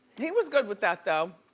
he was good with that, though.